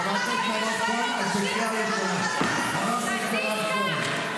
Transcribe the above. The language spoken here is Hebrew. חברת הכנסת מירב כהן, מירב, את בקריאה ראשונה.